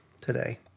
today